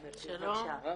בבקשה.